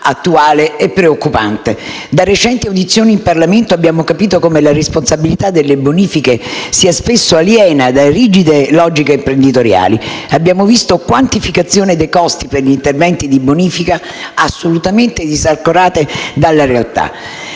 attuale e preoccupante. Da recenti audizioni in Parlamento abbiamo capito come la responsabilità delle bonifiche sia spesso aliena da rigide logiche imprenditoriali. Abbiamo visto quantificazioni dei costi per gli interventi di bonifica assolutamente disancorate dalla realtà